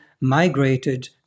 migrated